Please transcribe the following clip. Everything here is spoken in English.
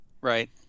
Right